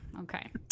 okay